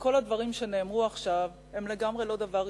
וכל הדברים שנאמרו עכשיו הם לגמרי לא דבר אישי,